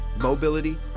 mobility